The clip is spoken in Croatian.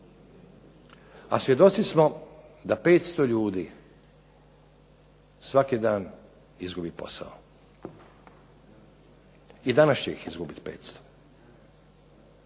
a svjedoci smo da 500 ljudi svaki dan izgubi posao, i danas će ih izgubiti 500.